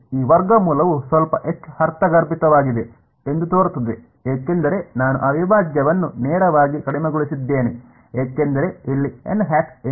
ಈ ವರ್ಗಮೂಲವು ಸ್ವಲ್ಪ ಹೆಚ್ಚು ಅರ್ಥಗರ್ಭಿತವಾಗಿದೆ ಎಂದು ತೋರುತ್ತದೆ ಏಕೆಂದರೆ ನಾನು ಆ ಅವಿಭಾಜ್ಯವನ್ನು ನೇರವಾಗಿ ಕಡಿಮೆಗೊಳಿಸಿದ್ದೇನೆ ಏಕೆಂದರೆ ಇಲ್ಲಿ n̂ ಏನು